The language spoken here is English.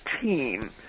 team